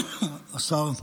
השר,